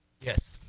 Yes